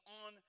on